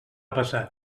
passat